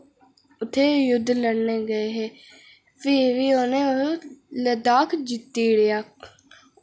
उत्थै चुद्ध लड़न गे हे फ्ही बी उ'नें लद्दाख जित्ती ओड़ेआ